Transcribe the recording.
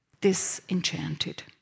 disenchanted